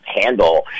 handle